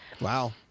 Wow